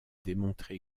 démontré